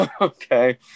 Okay